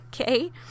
okay